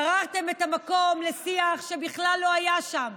גררתם את המקום לשיח שבכלל לא היה שם.